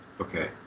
Okay